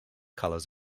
colours